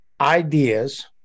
Ideas